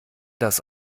das